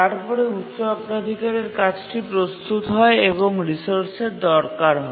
তারপরে উচ্চ অগ্রাধিকারের কাজটি প্রস্তুত হয় এবং রিসোর্সের দরকার হয়